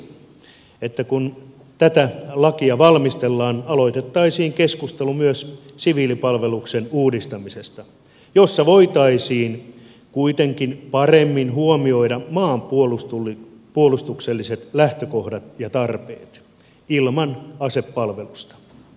toivottavaa olisi kun tätä lakia valmistellaan että aloitettaisiin keskustelu myös siviilipalveluksen uudistamisesta ja siinä voitaisiin kuitenkin paremmin huomioida maanpuolustukselliset lähtökohdat ja tarpeet ilman asepalvelusta